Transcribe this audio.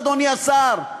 אדוני השר.